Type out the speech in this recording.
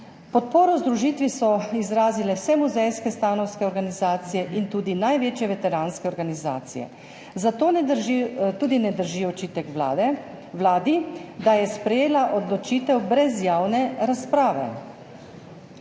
Podporo združitvi so izrazile vse muzejske stanovske organizacije in tudi največje veteranske organizacije. Zato tudi ne drži očitek Vladi, da je sprejela odločitev brez javne razprave.